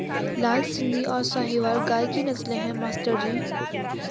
लाल सिंधी और साहिवाल गाय की नस्लें हैं मास्टर जी